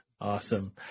Awesome